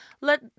let